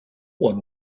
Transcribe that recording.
one